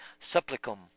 supplicum